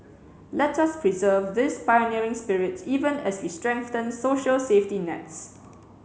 let us preserve this pioneering spirit even as we strengthen social safety nets